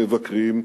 המבקרים,